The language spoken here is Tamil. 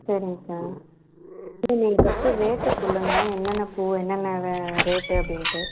சரிங்க சார் சரிங்க சரி ஃபர்ஸ்ட்டு ரேட்டு சொல்லுங்கள் என்னென்ன பூவு என்னென்ன வே ரேட்டு அப்படின்ட்டு